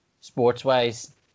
sports-wise